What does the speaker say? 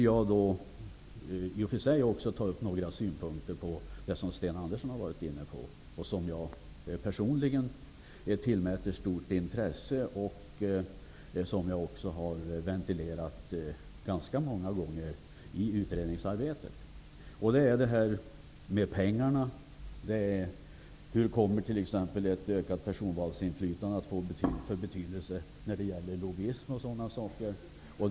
Jag tänker också ta upp några synpunkter som Sten Andersson i Malmö berört, nämligen det här med pengarna och vilken betydelse ett ökat personvalsinflytande kommer att få när det gäller exempelvis lobbying. Jag tillmäter personligen dessa frågor stort intresse, och jag har också i utredningsarbetet ganska många gånger ventilerat dem.